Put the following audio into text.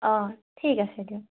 অঁ ঠিক আছে দিয়ক